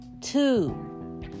two